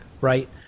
right